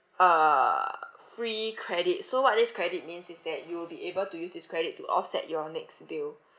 uh free credit so what this credit means is that you will be able to use this credit to offset your next bill